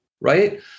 right